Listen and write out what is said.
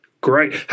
Great